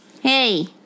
hey